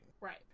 Right